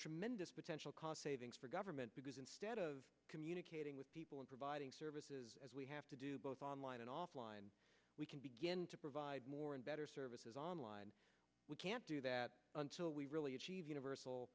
tremendous potential cost savings for government because instead of communicating with people and providing services as we have to do both online and offline we can begin to provide more and better services online we can't do that until we really achieve